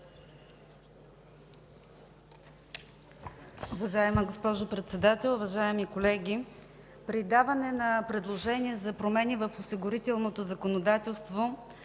предложения за промени в осигурителното законодателство